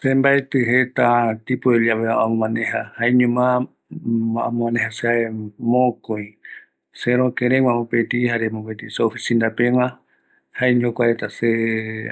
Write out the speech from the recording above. ﻿Se mbaetɨ jeta tipos de llave amomaneja, jaeñoma amomaneja se mokoi, seroke regua mopeti, jare mopeti se oficina pegua, jaeño jokua reta se